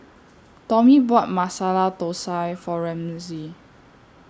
Tommy bought Masala Thosai For Ramsey